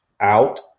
out